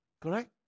Correct